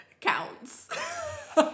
counts